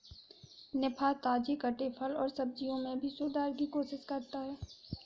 निफा, ताजे कटे फल और सब्जियों में भी सुधार की कोशिश करता है